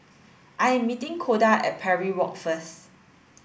I am meeting Koda at Parry Walk first